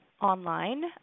online